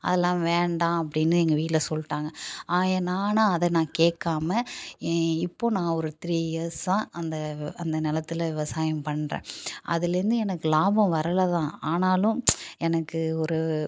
அதெல்லாம் வேண்டாம் அப்படின்னு எங்கள் வீட்டில் சொல்லிட்டாங்க நான் ஆனால் அதை நான் கேட்காம இப்போது நன் ஒரு த்ரீ இயர்ஸ்ஸாக அந்த அந்த நிலத்துல விவசாயம் பண்ணுறேன் அதுலேருந்து எனக்கு லாபம் வரலை தான் ஆனாலும் எனக்கு ஒரு